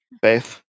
Faith